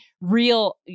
real